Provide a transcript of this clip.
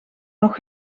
nog